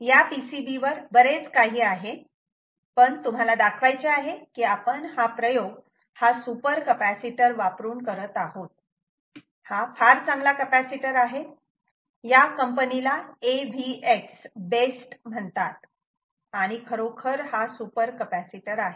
या PCB वर बरेच काही आहे परंतु तुम्हाला दाखवायचे आहे कि आपण हा प्रयोग हा सुपर कपॅसिटर वापरून करत आहोत हा फार चांगला कपॅसिटर आहे या कंपनीला avx बेस्ट म्हणतात आणि खरोखर हा सुपर कपॅसिटर आहे